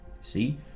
See